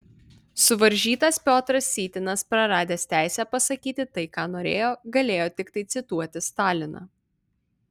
suvaržytas piotras sytinas praradęs teisę pasakyti tai ką norėjo galėjo tiktai cituoti staliną